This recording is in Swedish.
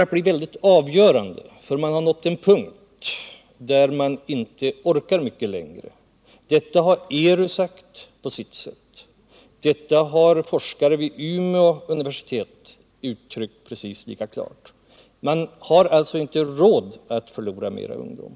Man har nämligen där nått en punkt där man inte orkar mycket längre. Detta har ERU sagt, på sitt sätt, och forskare vid Umeå universitet har för sin del precis lika klart givit uttryck för samma uppfattning. Dessa områden har inte råd att förlora mera ungdom.